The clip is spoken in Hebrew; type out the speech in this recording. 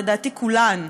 לדעתי כולן,